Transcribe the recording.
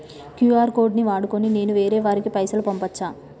QR code ను వాడుకొని నేను వేరే వారికి పైసలు పంపచ్చా?